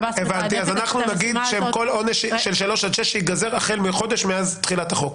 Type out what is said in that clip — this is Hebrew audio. אנחנו נגיד שכל עונש של שלוש עד שש ייגזר החל מחודש מאז תחילת החוק.